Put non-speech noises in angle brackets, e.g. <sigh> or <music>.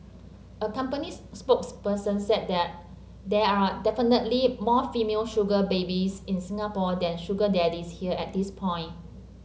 a company's spokesperson said <unintelligible> there are definitely more female sugar babies in Singapore than sugar daddies here at this point